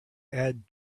add